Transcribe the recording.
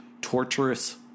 torturous